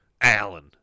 Alan